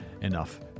enough